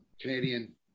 Canadian